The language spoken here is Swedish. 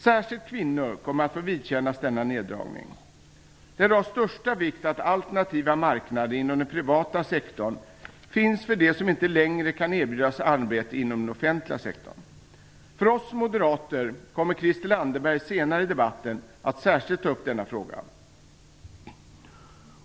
Särskilt kvinnor kommer att få vidkännas denna neddragning. Det är då av största vikt att alternativa marknader inom den privata sektorn finns för dem som inte längre kan erbjudas arbete inom den offentliga sektorn. För Moderaternas del kommer Christel Anderberg senare i debatten att särskilt ta upp denna fråga.